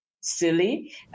silly